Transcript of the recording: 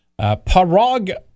Parag